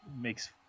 makes